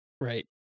Right